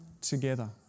together